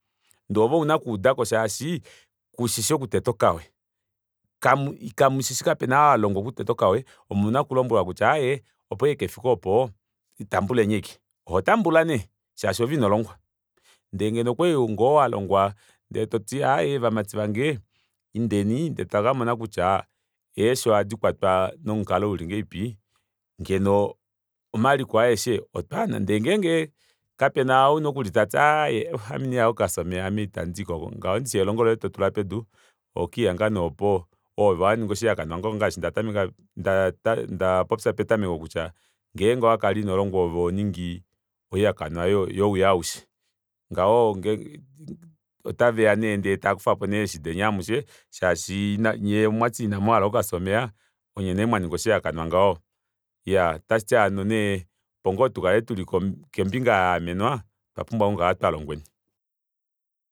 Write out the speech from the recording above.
Ndee ove ouna okuudako shaashi kushishi okuteta okawe kamushishi kapena oo alongwa okuteta okawe omuna okulombwelwa kutya aaye opo ashike kefike oopo tambuleni ashike ohotambula nee shaashi oove inolongwa ndee ngeno okwali ngoo walongwa ndee toti aaye vamati vange indeni ndee tamu kamona kutya eeshi ohadi kwatwa nomukalo uli ngahelipi ngeno omaliko aeshe otwaa nande ngenge kapena ou nokuli tati aaye ame inandihala okukafya omeva ame itandiiko oko ngaho ndishi elongo loye totula pedu ohokelihanga nee opo oove waningwa oshihakanwa ngaashi ndapopya petameko kutya ngenge owakala inolongwa oove honingi oihakanwa yowii aushe ngaho otaveya nee ndee takufapo nee eshi deni amushe shaashi nyee omwati ina muhala okukafya omeva onye nee mwaningwa oshihakanwa ngaho iyaa otashiti hano nee opo ngoo tukale tuli kombinga ya amenwa otwa pumbwa okukala twalongweni